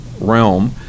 realm